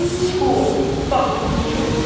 school, fuck the teachers,